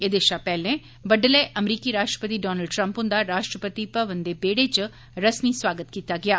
एह्दे शा पैह्ले बडलै अमरीकी राश्ट्रपति डोनाल्ड ट्रंप हुंदा राश्ट्रपति भवन दे बेहड़े च रस्मी सुआगत कीता गेआ